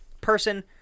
person